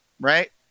right